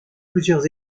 plusieurs